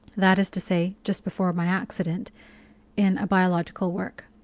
that is to say, just before my accident in a biological work,